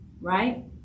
right